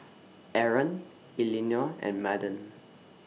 Aron Elinore and Madden